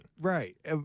Right